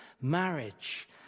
marriage